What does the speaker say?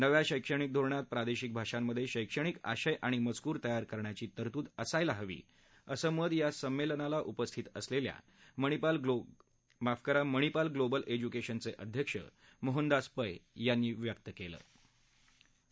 नव्या शैक्षणिक धोरणात प्रादशिक भाषांमध्यशैक्षणिक आशय आणि मजकूर तयार करण्याची तरतूद असायला हवी असं मत या संमव्नमाला उपस्थिती असलख्खा मणिपाल ग्लोबल एज्युक्शिनचअध्यक्ष मोहनदास पै यांनी व्यक्त कलि